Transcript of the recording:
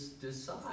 decide